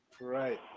Right